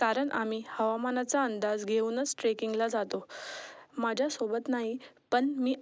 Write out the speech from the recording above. कारण आम्ही हवामानाचा अंदाज घेऊनच ट्रेकिंगला जातो माझ्यासोबत नाही पण मी